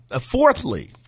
fourthly